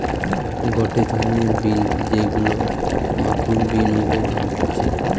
গটে ধরণের বিন যেইগুলো মাখন বিন ও বলা হতিছে